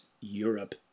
Europe